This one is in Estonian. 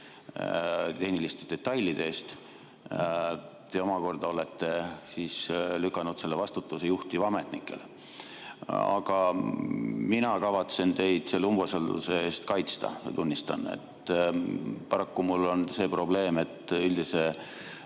tehniliste detailide eest. Te omakorda olete lükanud selle vastutuse juhtivametnikele. Aga mina kavatsen teid selle umbusalduse eest kaitsta, tunnistan. Paraku mul on see probleem, et üldise